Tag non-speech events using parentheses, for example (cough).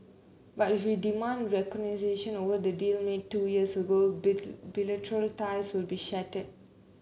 but if we demand (unintelligible) over the deal made two years ago (unintelligible) bilateral ties will be shattered